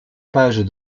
pages